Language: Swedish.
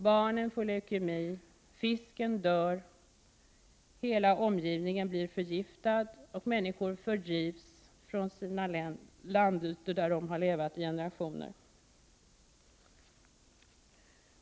Barnen får leukemi, fisken dör, hela omgivningen blir förgiftad och människor fördrivs från sina landytor där de har levt i generationer.